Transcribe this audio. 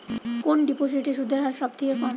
কোন ডিপোজিটে সুদের হার সবথেকে কম?